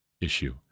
issue